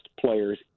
players